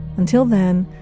until then,